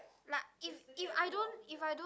like if if I don't if I don't